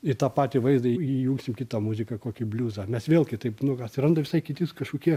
į tą patį vaizdą įjungsim kitą muziką kokį bliuzą mes vėl kitaip nu atsiranda visai kiti kažkokie